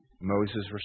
Moses